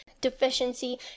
Deficiency